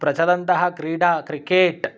प्रचलन्तः क्रीडा क्रिकेट्